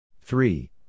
Three